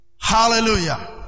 Hallelujah